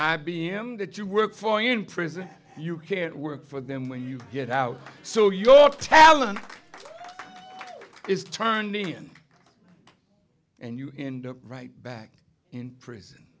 m that you work for you in prison you can't work for them when you get out so your talent is turning in and you end up right back in prison